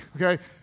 okay